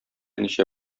ничә